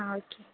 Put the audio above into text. ആ ഓക്കേ